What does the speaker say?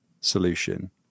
solution